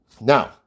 Now